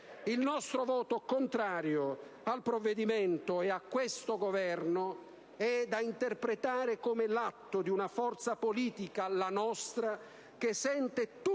Il nostro voto contrario al provvedimento e a questo Governo è da interpretare come l'atto di una forza politica, la nostra, che sente tutto il